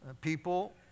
People